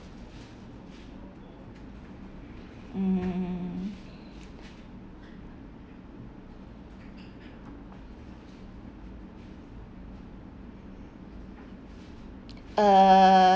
mm mm mm uh